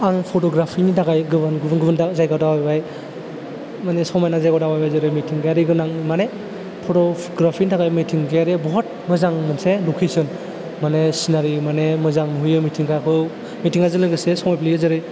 आं फटग्राफीनि थाखाय गोबां गुबुन गुबुन जायगायाव दावबायबाय माने समायना जायगायाव दावबायबाय जेरै मिथिंगायारि गोनां माने फटग्राफीनि थाखाय मिथिंगायारिया बहत मोजां मोनसे लकेशन माने चिनारी माने मोजां नुहोयो मिथिंगाखौ मिथिंगाजों लोगोसे समायफ्लेयो जेरै